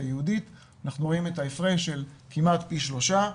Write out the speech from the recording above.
אנחנו רואים את ההפרש של כמעט פי 3,